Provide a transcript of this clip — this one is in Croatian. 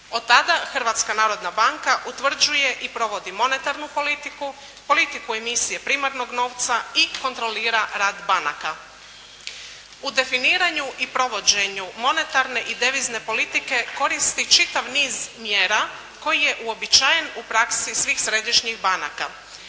Od tada Hrvatska narodna banka utvrđuje i provodi monetarnu politiku, politiku emisije primarnog novca i kontrolira rad banaka. U definiranju i provođenju monetarne i devizne politike koristi čitav niz mjera koji je uobičajen u praksi svih središnjih banaka.